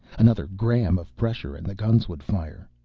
another gram of pressure and the guns would fire.